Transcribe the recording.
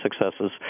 successes